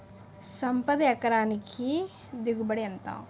సంపద ఎకరానికి దిగుబడి ఎంత?